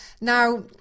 Now